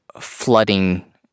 flooding